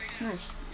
nice